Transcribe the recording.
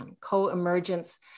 co-emergence